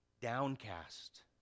Downcast